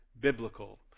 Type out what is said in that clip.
biblical